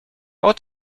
ought